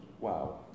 wow